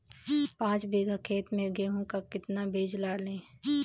पाँच बीघा खेत में गेहूँ का कितना बीज डालें?